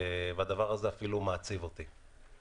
לא מפתיעה אותי והדבר הזה אפילו מעציב אותי.